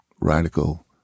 radical